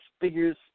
figures